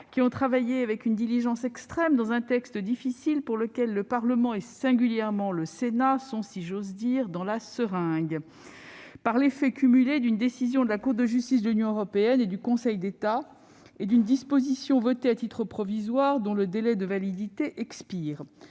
qui ont travaillé avec une diligence extrême sur un texte difficile, pour lequel le Parlement, singulièrement le Sénat, se trouve, si j'ose dire, « dans la seringue », par l'effet cumulé de décisions de la Cour de justice de l'Union européenne et du Conseil d'État et d'une disposition votée à titre provisoire dont le délai de validité expire.